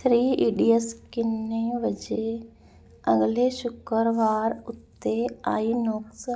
three idiots ਕਿੰਨੇ ਵਜੇ ਅਗਲੇ ਸ਼ੁੱਕਰਵਾਰ ਉੱਤੇ ਆਈਨੌਕਸ